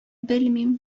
белмим